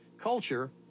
culture